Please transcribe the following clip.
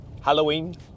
Halloween